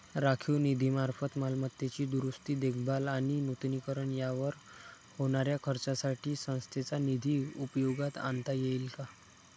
राखीव निधीमार्फत मालमत्तेची दुरुस्ती, देखभाल आणि नूतनीकरण यावर होणाऱ्या खर्चासाठी संस्थेचा निधी उपयोगात आणता येईल का?